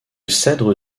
cèdre